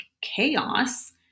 chaos